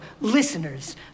listeners